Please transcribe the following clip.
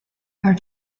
are